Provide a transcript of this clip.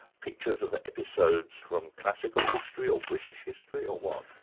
pictures of episodes from classical history or british history or what?